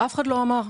אף אחד לא אמר.